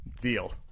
deal